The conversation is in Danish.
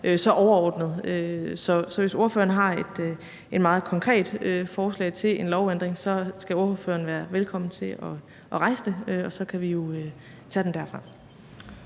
så overordnet. Så hvis spørgeren har et meget konkret forslag til en lovændring, skal spørgeren være velkommen til at rejse det, og så kan vi jo tage den derfra.